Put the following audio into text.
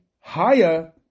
higher